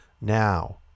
now